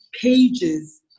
Pages